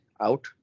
out